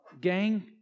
Gang